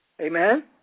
Amen